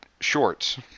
shorts